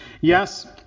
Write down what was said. yes